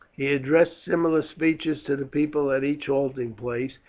he addressed similar speeches to the people at each halting place,